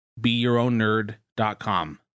beyourownnerd.com